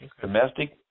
Domestic